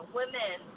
women